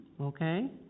okay